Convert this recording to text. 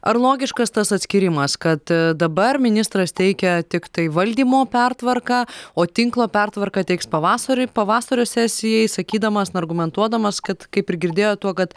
ar logiškas tas atskyrimas kad dabar ministras teikia tiktai valdymo pertvarką o tinklo pertvarką teiks pavasariui pavasario sesijai sakydamas na argumentuodamas kad kaip ir girdėjot tuo kad